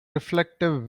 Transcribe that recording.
reflective